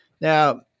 Now